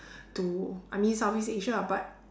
to I mean Southeast-Asia lah but